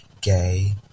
gay